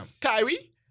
Kyrie